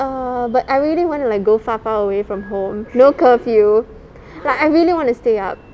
err but I really want to like go far far away from home no curfew like I really want to stay up